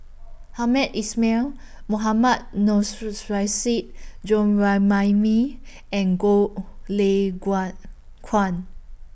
Hamed Ismail Mohammad and Goh Lay Kuan